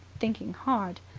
thinking hard.